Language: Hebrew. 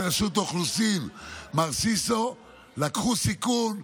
רשות האוכלוסין מר סיסו שהם לקחו סיכון,